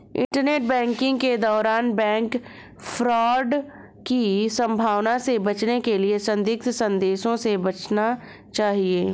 internet banking के दौरान bank fraud की संभावना से बचने के लिए संदिग्ध संदेशों से बचना चाहिए